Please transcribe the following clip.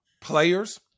Players